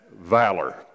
valor